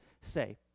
say